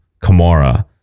Kamara